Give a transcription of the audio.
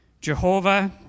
Jehovah